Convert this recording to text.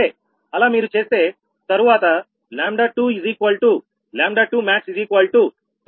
సరే అలా మీరు చేస్తే తరువాత 𝜆2𝜆2𝑚ax0